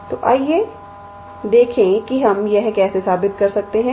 तो आइए देखें कि हम यह कैसे साबित कर सकते हैं